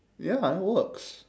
ya lah it works